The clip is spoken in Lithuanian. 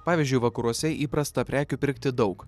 pavyzdžiui vakaruose įprasta prekių pirkti daug